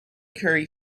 curry